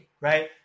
right